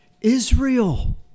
Israel